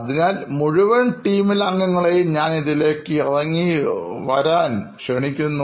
അതിനാൽ മുഴുവൻ ടീമിലെ അംഗങ്ങളെയും ഞാൻ ഇതിലേക്കു ഇറങ്ങി വരാൻ ആഗ്രഹിക്കുന്നു